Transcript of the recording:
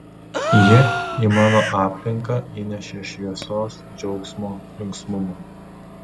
ji į mano aplinką įnešė šviesos džiaugsmo linksmumo